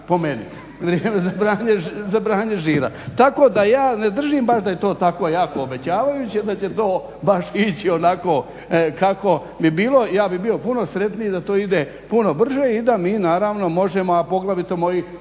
po meni, vrijeme za branje žira. Tako da ja ne držim baš da je to tako jako obećavajuće da će to baš ići onako kako bi bilo. Ja bih bio puno sretniji da to ide puno brže i da mi naravno možemo a poglavito moji